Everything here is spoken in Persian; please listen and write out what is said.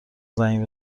زنگ